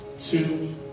two